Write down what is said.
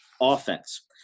offense